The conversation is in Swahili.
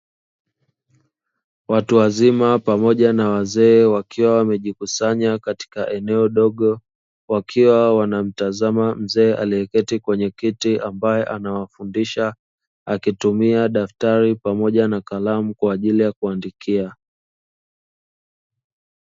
Watu wazima pamoja na wazee wakiwa wamejikusanya katika eneo dogo, wakiwa wanamtazama mzee aliye keti kwenye kiti ambae anawafundisha, akitumia daftari pamoja na kalamu kwa ajili ya kuandikia .